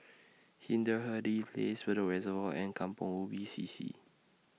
Hindhede Place Bedok Reservoir and Kampong Ubi C C